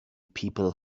people